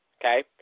Okay